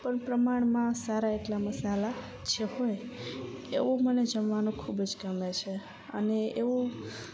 પણ પ્રમાણમાં સારા એટલા મસાલા જે હોય એવું મને જમવાનું ખૂબ જ ગમે છે અને એવું